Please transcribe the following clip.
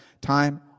time